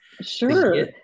Sure